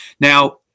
Now